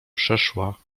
przeszła